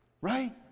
Right